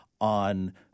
on